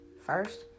first